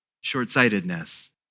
short-sightedness